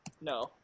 no